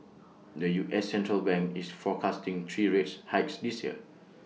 the U S central bank is forecasting three rates hikes this year